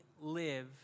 live